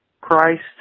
Christ